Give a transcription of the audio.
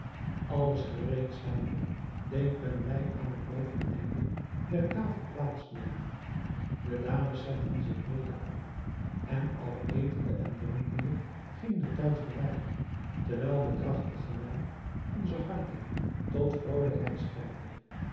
alles gereed zijnde deed men mij aan het boveneinde der tafel plaats nemen de dames zetten zich mede aan en al etende en drinkende ging de tijd voorbij terwijl de krachtige wijn onze harten tot vrolijkheid stemde